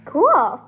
Cool